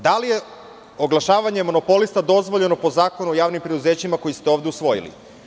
Da li je oglašavanje monopolista dozvoljeno po Zakonu o javnim preduzećima, koji ste ovde usvojili?